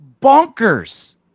bonkers